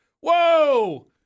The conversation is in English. whoa